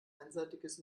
einseitiges